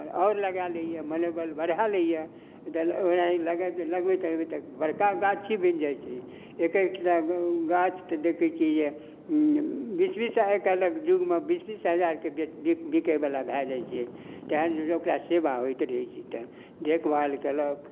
आओर लगा लैए मनोबल बढ़ा लैए ओनाहिते लगबैत लगबैत बड़का गाछी बनि जाइ छै एक एक टा गाछ तऽ देखै छिए जे बीस बीस आइकाल्हिके जुगमे बीस बीस हजारके बेच बी बिकैवला भऽ जाइ छै तहन जँ ओकरा सेवा होइत रहै छै तऽ देखभाल केलक